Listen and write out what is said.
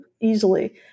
easily